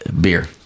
beer